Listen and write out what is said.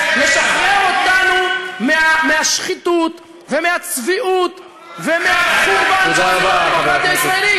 לשחרר אותנו מהשחיתות ומהצביעות ומהחורבן שעושים לדמוקרטיה הישראלית.